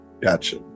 Gotcha